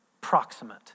proximate